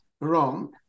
wrong